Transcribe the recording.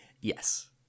Yes